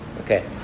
okay